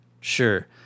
sure